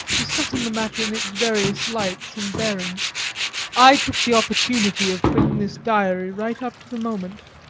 discussing the matter in its various lights and bearings i took the opportunity of bringing this diary right up to the moment.